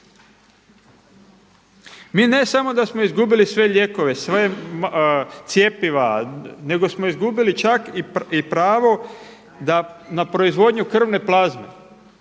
Mi ne samo da smo izgubili sve lijekove, sva cjepiva nego smo izgubili čak i pravo da na proizvodnju krvne plazme.